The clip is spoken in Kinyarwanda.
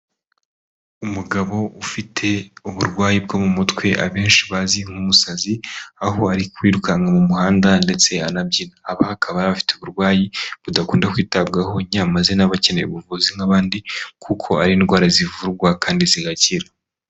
Umugabo ufite uburwayi bwo mu mutwe abenshi bazi nk'umusazi, aho ari kwirukanka mu muhanda ndetse anabyina, aba akaba afite uburwayi budakunda kwitabwaho, nyamaza na we aba akeneye ubuvuzi nk'abandi kuko ari indwara zivurwa kandi zigakira.